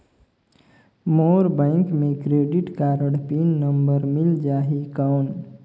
मोर bank मे credit card PIN number मिल जाहि कौन?